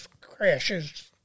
crashes